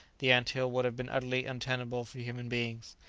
the ant-hill would have been utterly untenable for human beings.